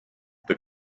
the